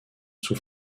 sous